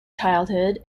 childhood